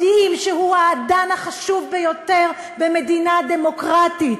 יודעים שהוא האדן החשוב ביותר במדינה דמוקרטית,